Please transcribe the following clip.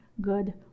good